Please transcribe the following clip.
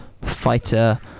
fighter